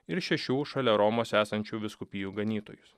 ir šešių šalia romos esančių vyskupijų ganytojus